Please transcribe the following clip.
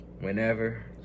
whenever